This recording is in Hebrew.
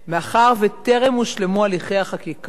מאחר שטרם הושלמו הליכי החקיקה,